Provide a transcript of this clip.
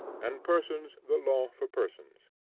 and persons the law for persons.